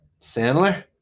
sandler